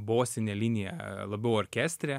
bosinę liniją labiau orkestre